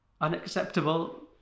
unacceptable